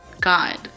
God